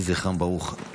יהי זכרם ברוך.